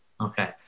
Okay